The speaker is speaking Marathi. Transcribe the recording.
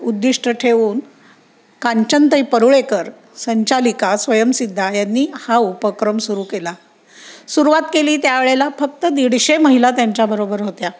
उद्दिष्ट ठेवून कांचनताई परुळेकर संचालिका स्वयंसिद्धा यांनी हा उपक्रम सुरू केला सुरुवात केली त्यावेळेला फक्त दीडशे महिला त्यांच्या बरोबर होत्या